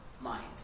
mind